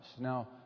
Now